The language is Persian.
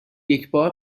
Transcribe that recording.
یکبار